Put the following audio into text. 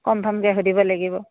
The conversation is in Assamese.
কনফাৰ্মকৈ সুধিব লাগিব